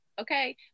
Okay